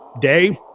Day